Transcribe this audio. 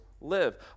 live